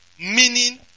Meaning